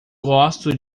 gosto